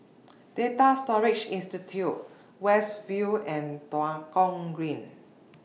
Data Storage Institute West View and Tua Kong Green